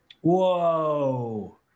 Whoa